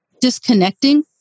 disconnecting